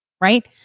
right